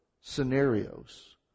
scenarios